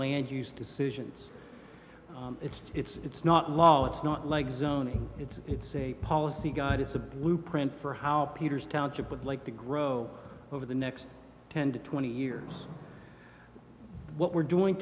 land use decisions it's it's it's not law it's not like zoning it's it's a policy guide it's a blueprint for how peter's township would like to grow over the next ten to twenty years what we're doing